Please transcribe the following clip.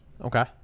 Okay